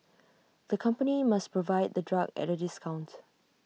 the company must provide the drug at A discount